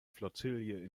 flottille